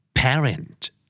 Parent